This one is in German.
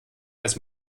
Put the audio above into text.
als